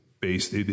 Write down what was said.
based